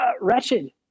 wretched